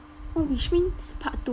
oh which means part two